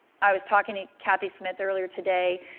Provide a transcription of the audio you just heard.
i was talking to cathy smith earlier today,